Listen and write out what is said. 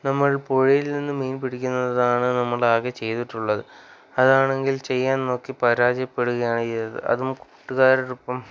നമ്മൾ പുഴയിൽ നിന്ന് മീൻ പിടിക്കുന്നതാണ് നമ്മളാകെ ചെയ്തിട്ടുള്ളത് അതാണെങ്കിൽ ചെയ്യാൻ നോക്കി പരാജയപ്പെടുകയാണ് ചെയ്തത് അതും കൂട്ടുകാരോടൊപ്പം